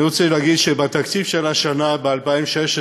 אני רוצה להגיד שבתקציב של השנה, ב-2016,